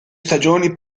stagioni